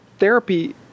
Therapy